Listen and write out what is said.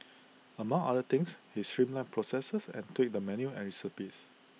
among other things he streamlined processes and tweaked the menu and recipes